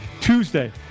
Tuesday